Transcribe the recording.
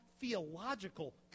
theological